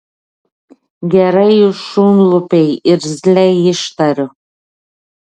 gerai jūs šunlupiai irzliai ištariu